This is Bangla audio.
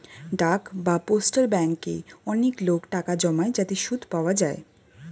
ডাক বা পোস্টাল ব্যাঙ্কে অনেক লোক টাকা জমায় যাতে সুদ পাওয়া যায়